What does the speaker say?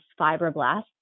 fibroblasts